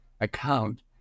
account